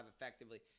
effectively